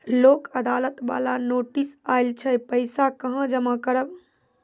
लोक अदालत बाला नोटिस आयल छै पैसा कहां जमा करबऽ?